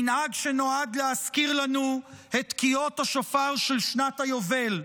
מנהג שנועד להזכיר לנו את תקיעות השופר של שנת היובל,